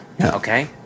Okay